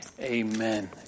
Amen